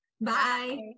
Bye